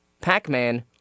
Pac-Man